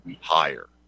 higher